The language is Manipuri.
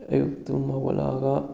ꯑꯌꯨꯛ ꯇꯨꯝꯕ ꯍꯧꯒꯠꯂꯛꯑꯒ